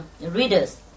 readers